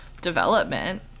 development